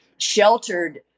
sheltered